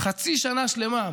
חצי שנה שלמה,